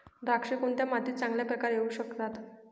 द्राक्षे कोणत्या मातीत चांगल्या प्रकारे येऊ शकतात?